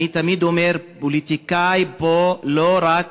אני תמיד אומר: הפוליטיקאי פה לא רק